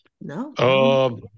No